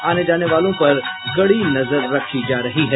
आने जाने वालों पर कड़ी नजर रखी जा रही है